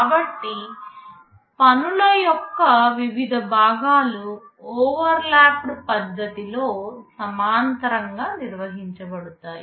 కాబట్టి పనుల యొక్క వివిధ భాగాలు ఓవర్లప్పెడ్ పద్ధతిలో సమాంతరంగా నిర్వహించబడతాయి